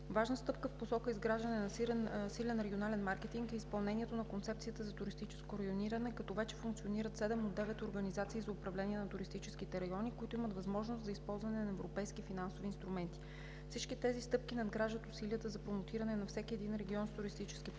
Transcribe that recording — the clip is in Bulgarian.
Важна стъпка в посока изграждане на силен регионален маркетинг е изпълнението на концепцията за туристическо райониране, като вече функционират седем от девет организации за управление на туристическите райони, които имат възможност за използване на европейски финансови инструменти. Всички тези стъпки надграждат усилията за промотиране на всеки един регион с туристически потенциал,